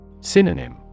Synonym